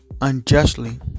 Unjustly